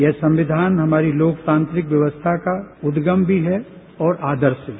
यह संविधान हमारी लोकतांत्रिक व्यवस्था का उदगम भी है और आदर्श भी